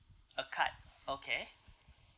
a card okay